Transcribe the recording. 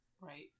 right